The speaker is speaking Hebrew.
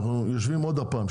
אנחנו יושבים עוד הפעם,